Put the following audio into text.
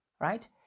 right